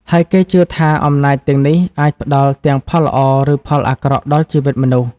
ហើយគេជឿថា អំណាចទាំងនេះអាចផ្តល់ទាំងផលល្អ ឬផលអាក្រក់ដល់ជីវិតមនុស្ស។